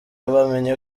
bamenye